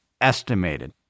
estimated